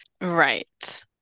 Right